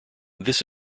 this